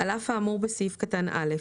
(ב)על אף האמור בסעיף קטן (א),